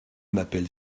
m’appelle